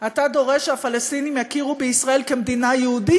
אתה דורש שהפלסטינים יכירו בישראל כמדינה יהודית,